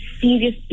Serious